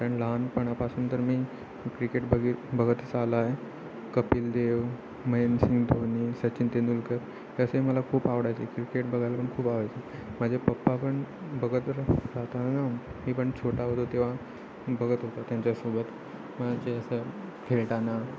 कारण लहानपणापासून तर मी क्रिकेट बघित बघतच आला आहे कपिल देव महेंद्रसिंग धोनी सचिन तेंडुलकर यासही मला खूप आवडायची क्रिकेट बघायला पण खूप आवडायची माझ्या पप्पा पण बघत राहताना मी पण छोटा होतो तेव्हा बघत होतो त्यांच्यासोबत मग जे असं खेळताना